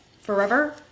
forever